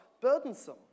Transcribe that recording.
burdensome